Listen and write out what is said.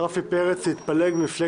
רפי פרץ להתפלגות